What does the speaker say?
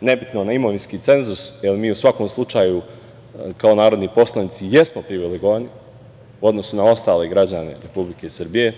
nebitno na imovinski cenzus jer mi u svakom slučaju kao narodni poslanici jesmo privilegovani u odnosu na ostale građane Republike Srbije,